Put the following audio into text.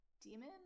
demon